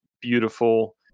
beautiful